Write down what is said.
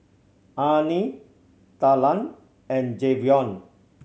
Arnie Talan and Javion